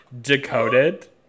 Decoded